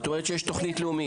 את אומרת שיש תוכנית לאומית.